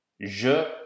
JE